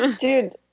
dude